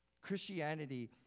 Christianity